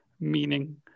meaning